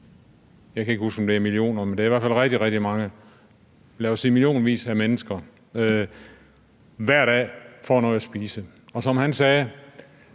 jeg kan ikke huske, om det er millioner, men det er i hvert fald rigtig, rigtig mange – lad os sige i millionvis af mennesker hver dag får noget at spise, og som han sagde: